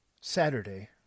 Saturday